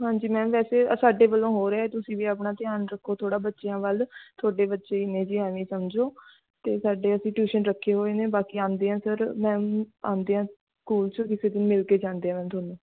ਹਾਂਜੀ ਮੈਮ ਵੈਸੇ ਆ ਸਾਡੇ ਵੱਲੋਂ ਹੋ ਰਿਹਾ ਹੈ ਤੁਸੀਂ ਵੀ ਆਪਣਾ ਧਿਆਨ ਰੱਖੋ ਥੋੜ੍ਹਾ ਬੱਚਿਆਂ ਵੱਲ ਤੁਹਾਡੇ ਬੱਚੇ ਹੀ ਨੇ ਜੀ ਇਵੇਂ ਸਮਝੋ ਅਤੇ ਸਾਡੇ ਅਸੀਂ ਟਿਊਸ਼ਨ ਰੱਖੇ ਹੋਏ ਨੇ ਬਾਕੀ ਆਉਂਦੇ ਹਾਂ ਸਰ ਮੈਮ ਆਉਂਦੇ ਹਾਂ ਸਕੂਲ 'ਚ ਕਿਸੇ ਦਿਨ ਮਿਲ ਕੇ ਜਾਂਦੇ ਆ ਮੈਮ ਤੁਹਾਨੂੰ